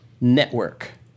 network